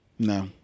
No